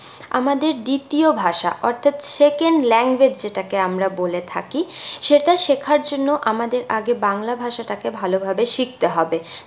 আমাদের দ্বিতীয় ভাষা অর্থাৎ সেকেন্ড ল্যাঙ্গুয়েজ যেটাকে আমরা বলে থাকি সেটা শেখার জন্য আমাদের আগে বাংলা ভাষাটাকে ভালোভাবে শিখতে হবে